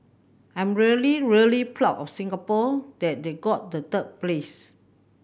I'm really really proud of Singapore that they got the third place